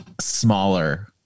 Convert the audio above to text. smaller